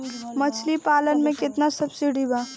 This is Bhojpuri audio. मछली पालन मे केतना सबसिडी बा?